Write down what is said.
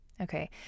Okay